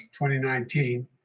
2019